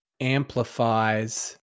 amplifies